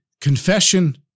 confession